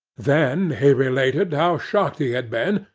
then, he related how shocked he had been,